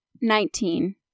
Nineteen